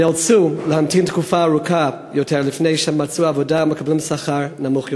נאלצו להמתין תקופה ארוכה יותר לפני שמצאו עבודה ומקבלים שכר נמוך יותר.